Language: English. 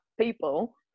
people